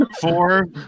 Four